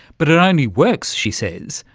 but it only works, she says,